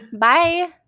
Bye